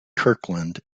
kirkland